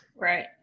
Right